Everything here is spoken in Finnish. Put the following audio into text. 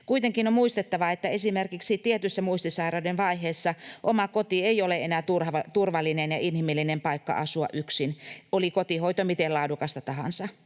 Kuitenkin on muistettava, että esimerkiksi tietyssä muistisairauden vaiheessa oma koti ei ole enää turvallinen ja inhimillinen paikka asua yksin, oli kotihoito miten laadukasta tahansa.